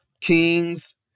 kings